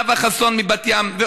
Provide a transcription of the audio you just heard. נאוה חסון מבת ים.